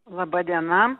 laba diena